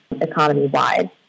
economy-wide